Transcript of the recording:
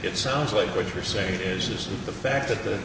it sounds like what you're saying is the fact that the